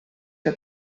que